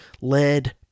lead